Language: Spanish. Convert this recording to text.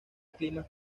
climas